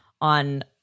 on